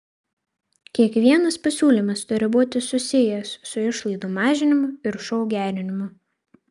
kiekvienas pasiūlymas turi būti susijęs su išlaidų mažinimu ir šou gerinimu